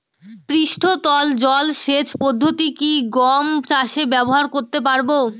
পৃষ্ঠতল জলসেচ পদ্ধতি কি গম চাষে ব্যবহার করতে পারব?